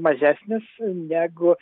mažesnis negu